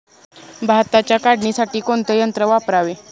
भाताच्या काढणीसाठी कोणते यंत्र वापरावे?